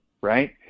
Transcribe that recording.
right